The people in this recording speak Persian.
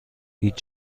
هیچ